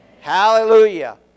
Hallelujah